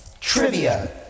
Trivia